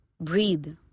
Breathe